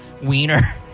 wiener